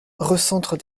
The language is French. recentre